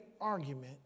argument